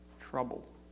Trouble